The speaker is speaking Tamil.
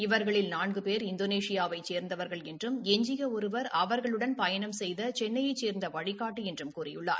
இவர்களில் நான்கு பேர் இந்தோனேஷியாவைச் சேர்ந்தவர்கள் என்றும் எஞ்சிய ஒருவர் அவர்களுடன் பயணம் செய்த சென்னையைச் சேர்ந்த வழிகாட்டி என்றும் கூறியுள்ளார்